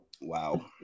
Wow